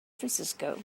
francisco